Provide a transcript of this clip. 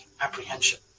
apprehension